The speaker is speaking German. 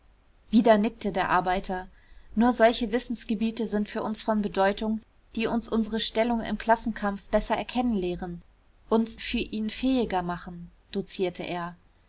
wieder nickte der arbeiter nur solche wissensgebiete sind für uns von bedeutung die uns unsere stellung im klassenkampf besser erkennen lehren uns für ihn fähiger machen dozierte er